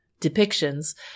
depictions